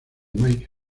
mike